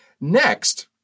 Next